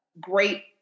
great